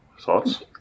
thoughts